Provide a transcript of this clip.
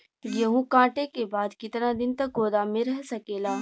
गेहूँ कांटे के बाद कितना दिन तक गोदाम में रह सकेला?